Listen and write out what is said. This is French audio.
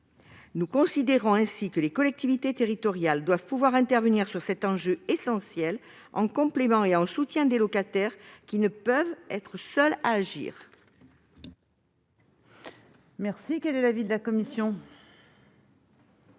Nous considérons que les collectivités territoriales doivent pouvoir intervenir sur cet enjeu essentiel, en complément et en soutien des locataires, qui ne sauraient être les seuls à agir. Quel est l'avis de la commission